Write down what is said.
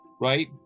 right